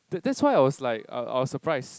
that that's why I was like I I was surprised